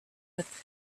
with